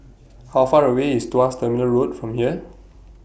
How Far away IS Tuas Terminal Road from here